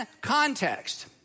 context